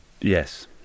Yes